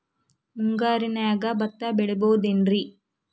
ಮುಂಗಾರಿನ್ಯಾಗ ಭತ್ತ ಬೆಳಿಬೊದೇನ್ರೇ?